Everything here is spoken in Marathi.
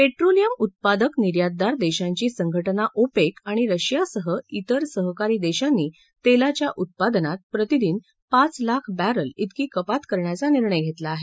पेट्रोलियम उत्पादक निर्यातदार देशांची संघटना ओपेक आणि रशिया सह तिर सहकारी देशांनी तेलाच्या उत्पादनात प्रतिदिन पाच लाख बॅरल त्रेकी कपात करण्याचा निर्णय घेतला आहे